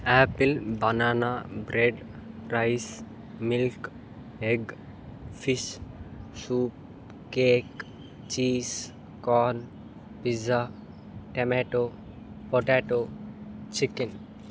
Apple banana bread rice milk egg fish soup cake cheese corn pizza tomato potato chicken